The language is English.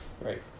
Right